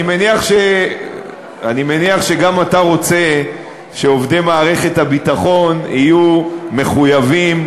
אני מניח שגם אתה רוצה שעובדי מערכת הביטחון יהיו מחויבים,